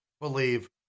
believe